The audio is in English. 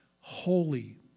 holy